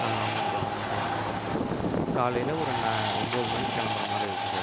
ஆமாம் சார் ஆமாம் சார் காலையில் ஒரு ந ஒன்போது மணிக்கு கிளம்பற மாதிரி இருக்கும் சார்